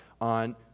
on